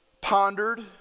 pondered